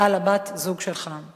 על בת-הזוג שלך?